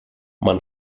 man